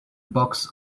box